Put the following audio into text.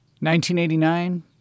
1989